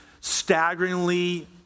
staggeringly